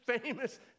famous